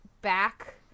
back